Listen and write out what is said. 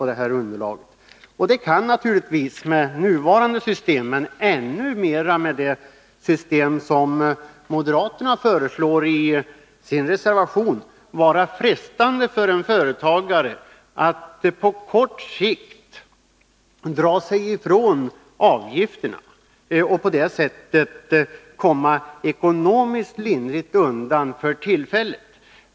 Det kan naturligtvis med nuvarande system — men ännu mera med det system som moderaterna föreslår i sin reservation — på kort sikt vara frestande för en företagare att dra sig ifrån avgifterna och på det sättet komma ekonomiskt lindrigt undan för tillfället.